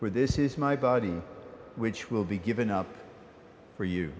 for this is my body which will be given up for you